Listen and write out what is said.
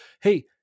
hey